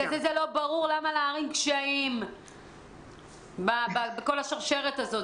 לכן לא ברור למה להערים קשיים בכל השרשרת הזאת,